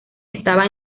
estaba